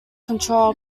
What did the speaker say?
control